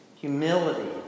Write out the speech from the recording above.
humility